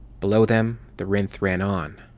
below them, the rhynth ran on.